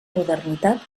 modernitat